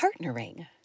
partnering